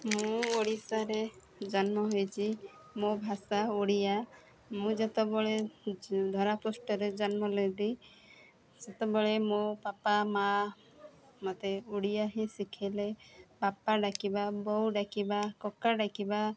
ମୁଁ ଓଡ଼ିଶାରେ ଜନ୍ମ ହୋଇଛି ମୋ ଭାଷା ଓଡ଼ିଆ ମୁଁ ଯେତେବେଳେ ଚି ଧରାପୃଷ୍ଠରେ ଜନ୍ମ ଲେଲି ସେତେବେଳେ ମୋ ବାପା ମାଆ ମୋତେ ଓଡ଼ିଆ ହିଁ ଶିଖେଇଲେ ବାପା ଡ଼ାକିବା ବୋଉ ଡ଼ାକିବା କକା ଡ଼ାକିବା